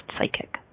psychic